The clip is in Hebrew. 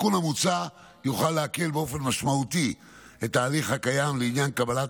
התיקון המוצע יוכל להקל באופן משמעותי את ההליך הקיים לעניין קבלת